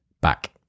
back